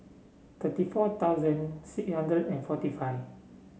thirty four thousand six hundred and forty five